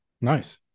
Nice